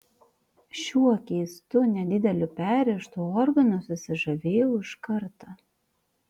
šiuo keistu nedideliu perrėžtu organu susižavėjau iš karto